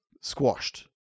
squashed